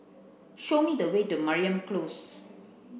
show me the way to Mariam Close